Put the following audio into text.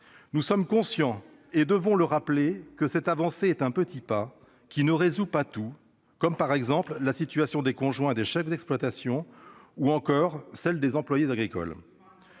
Nous sommes conscients, et devons le rappeler, que cette avancée constitue un petit pas, qui ne résout pas tout, en particulier la situation des conjoints des chefs d'exploitation ou des employés agricoles.